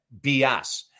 BS